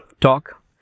talk